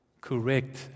correct